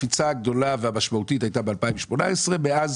הקפיצה הגדולה והמשמעותית הייתה ב-2018, ומאז